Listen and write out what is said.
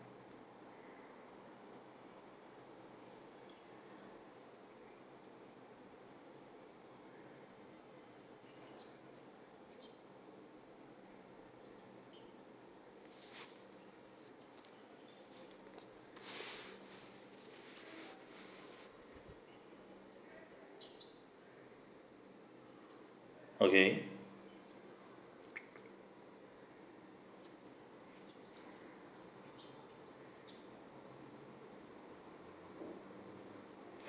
okay